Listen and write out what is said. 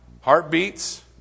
heartbeats